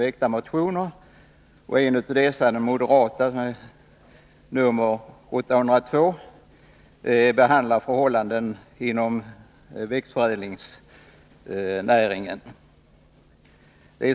En av dessa, den moderata motionen nr 802, behandlar förhållanden inom växtförädlingsnäringen.